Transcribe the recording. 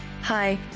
Hi